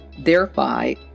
thereby